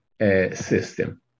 system